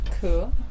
Cool